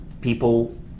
people